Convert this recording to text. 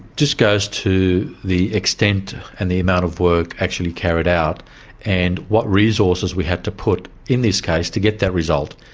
just goes to the extent and the amount of work actually carried out and what resources we had to put in this case to get that result.